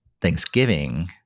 Thanksgiving